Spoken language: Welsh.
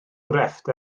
grefft